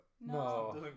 No